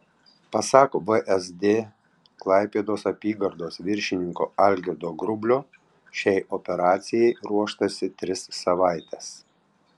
pasak vsd klaipėdos apygardos viršininko algirdo grublio šiai operacijai ruoštasi tris savaites